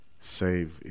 save